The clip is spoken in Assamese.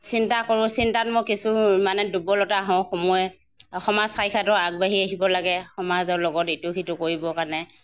চিন্তা কৰোঁ চিন্তাত মই কিছু মানে দুৰ্বলতা হওঁ সময়ে সমাজ সাক্ষাতো আগবাঢ়ি আহিব লাগে সমাজৰ লগত ইটো সিটো কৰিবৰ কাৰণে